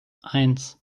eins